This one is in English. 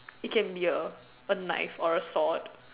it can be a a knife or a sword